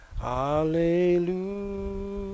Hallelujah